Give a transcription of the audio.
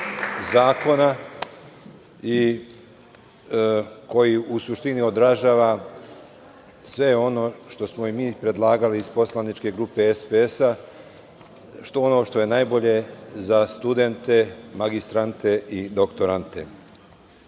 zakona i koji u suštini odražava sve ono što smo mi predlagali iz poslaničke grupe SPS, a to je ono što je najbolje za studente, magistrante i doktorante. Ono